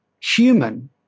human